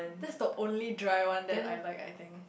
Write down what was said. this the only dry one that I like I think